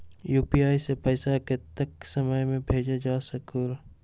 UPI से पैसा कतेक समय मे भेजल जा स्कूल?